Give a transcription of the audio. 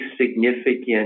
significant